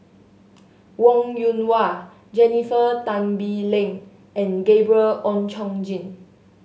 Wong Yoon Wah Jennifer Tan Bee Leng and Gabriel Oon Chong Jin